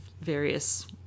various